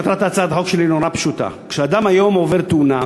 מטרת הצעת החוק שלי נורא פשוטה: כשאדם היום עובר תאונה,